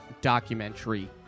documentary